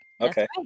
Okay